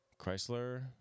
Chrysler